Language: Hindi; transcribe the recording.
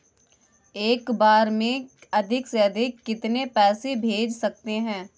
एक बार में अधिक से अधिक कितने पैसे भेज सकते हैं?